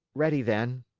ready then!